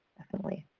definitely.